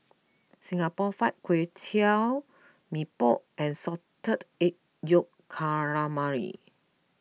Singapore Fried Kway Tiao Mee Pok and Salted Egg Yolk Calamari